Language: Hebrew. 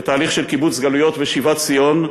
לתהליך של קיבוץ גלויות ושיבת ציון,